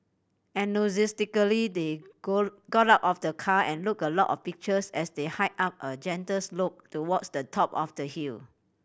enthusiastically they go got out of the car and took a lot of pictures as they hiked up a gentle slope towards the top of the hill